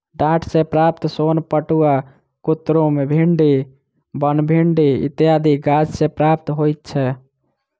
डांट सॅ प्राप्त सोन पटुआ, कुतरुम, भिंडी, बनभिंडी इत्यादि गाछ सॅ प्राप्त होइत छै